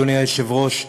אדוני היושב-ראש,